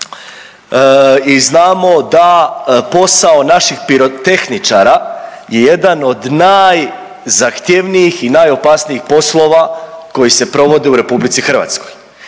i znamo da posao naših pirotehničara je jedan od najzahtjevnijih i najopasnijih poslova koji se provode u RH i ja